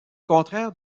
contraire